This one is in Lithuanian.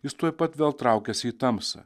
jis tuoj pat vėl traukiasi į tamsą